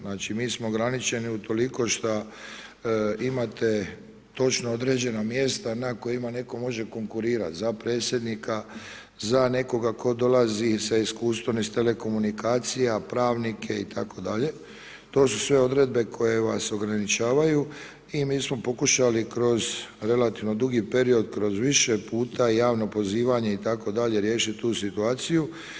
Znači mi smo ograničeni u toliko što imate točno određena mjesta na kojima netko može konkurirat za predsjednika, za nekoga tko dolazi sa iskustvom iz telekomunikacija, pravnike itd. to su sve odredbe koje vas ograničavaju i mi smo pokušali kroz relativno dugi period kroz više puta javno pozivanje itd. riješiti tu situaciju.